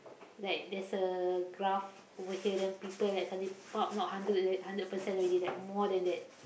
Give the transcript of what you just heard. like there's a graph over here then people like suddenly pop not hundred right hundred percent already that more than that